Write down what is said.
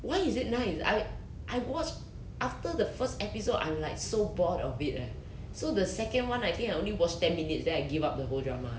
why is it nice I I watched after the first episode I'm like so bored of it right so the second [one] I think I only watched ten minutes then I give up the whole drama